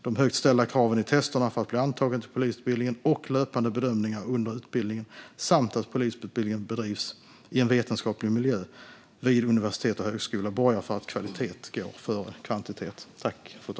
De högt ställda kraven i testerna för att bli antagen till polisutbildningen och löpande bedömningar under utbildningen samt att polisutbildningen bedrivs i en vetenskaplig miljö vid universitet och högskola borgar för att kvalitet går före kvantitet.